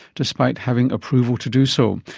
despite having approval to do so.